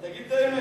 תגיד את האמת.